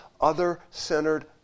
other-centered